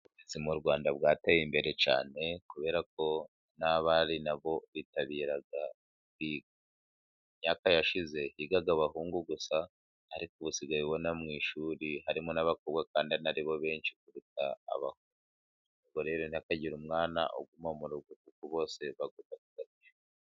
Uburezi mu Rwanda bwateye imbere cyane, kubera ko n'abari nabo bitabira kwiga. Mu myaka yashize higaga abahungu gusa, ariko ubu usigaye ubona mu ishuri harimo n'abakobwa, kandi aribo benshi kuruta abahungu. Ubwo rero ntihakagire umwana uguma mu rugo, kuko bose bagomba kujya kwiga.